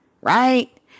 Right